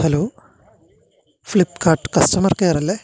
hello Flipkart customer care അല്ലേ